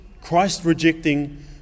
Christ-rejecting